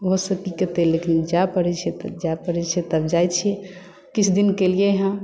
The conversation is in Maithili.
ओहो सोचतै कत्तेक लेकिन जाय पड़ैत छै तऽ जाइत छी किछु दिन केलियै हेँ